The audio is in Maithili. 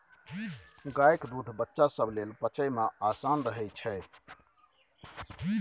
गायक दूध बच्चा सब लेल पचइ मे आसान रहइ छै